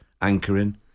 anchoring